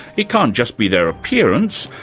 it can't just be their appearance.